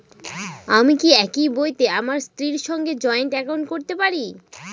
আমি কি একই বইতে আমার স্ত্রীর সঙ্গে জয়েন্ট একাউন্ট করতে পারি?